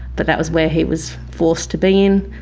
but that was where he was forced to be in.